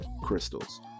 Crystals